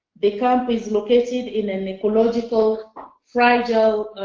the camp is located in an ecologically fragile